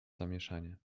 zamieszanie